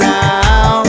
now